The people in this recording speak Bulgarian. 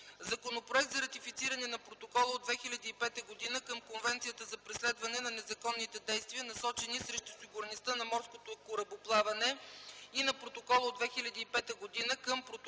Законопроект за ратифициране на Протокола от 2005 г. към Конвенцията за преследване на незаконните действия, насочени срещу сигурността на морското корабоплаване и на Протокола от 2005 г. към Протокола